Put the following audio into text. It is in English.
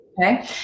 okay